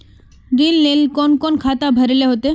ऋण लेल कोन कोन खाता भरेले होते?